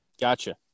Gotcha